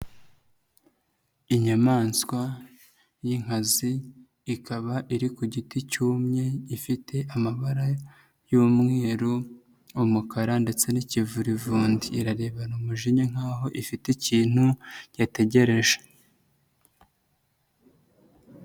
Inyamaswa y'inkazi, ikaba iri ku giti cyumye, ifite amabara y'umweru, umukara ndetse n'ikivurivundi. Irarebana umujinya nkaho ifite ikintu yategereje.